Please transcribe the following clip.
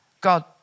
God